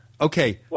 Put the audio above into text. Okay